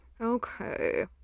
Okay